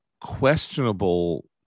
questionable